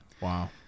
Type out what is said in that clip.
wow